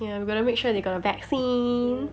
ya we gotta make sure they got a vaccine